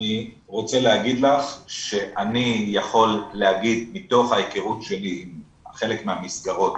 אני רוצה להגיד לך שאני יכול להגיד מתוך ההיכרות שלי עם חלק מהמסגרות,